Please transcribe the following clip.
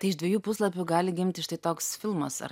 tai iš dviejų puslapių gali gimti štai toks filmas ar